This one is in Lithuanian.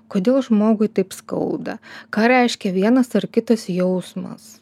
kodėl žmogui taip skauda ką reiškia vienas ar kitas jausmas